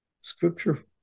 scripture